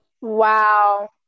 Wow